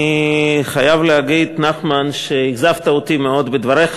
אני חייב להגיד, נחמן, שאכזבת אותי מאוד בדבריך.